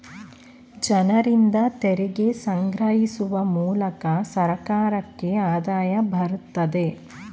ಜನರಿಂದ ತೆರಿಗೆ ಸಂಗ್ರಹಿಸುವ ಮೂಲಕ ಸರ್ಕಾರಕ್ಕೆ ಆದಾಯ ಬರುತ್ತದೆ